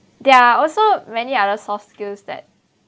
there are also many other soft skills that